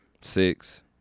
six